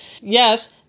Yes